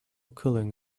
cooling